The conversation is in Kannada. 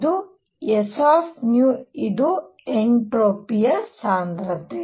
ಇದು sಇದು ಎನ್ಟ್ರೋಪಿ ಸಾಂದ್ರತೆ